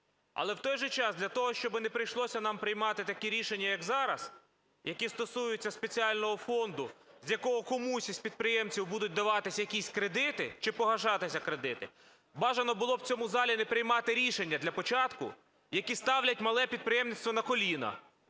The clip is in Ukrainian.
Але в той же час для того, щоб не прийшлось нам приймати такі рішення, як зараз, які стосуються спеціального фонду, з якого комусь із підприємців будуть даватися якісь кредити чи погашатися кредити, бажано було б у цьому залі не приймати рішення для початку, які ставлять мале підприємництво на коліна.